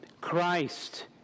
Christ